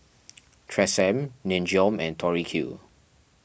Tresemme Nin Jiom and Tori Q